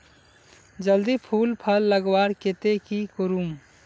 जल्दी फूल फल लगवार केते की करूम?